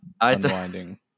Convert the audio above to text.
unwinding